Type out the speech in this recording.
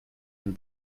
wenn